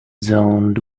zoned